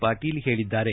ಪಾಟೀಲ್ ಹೇಳಿದ್ದಾರೆ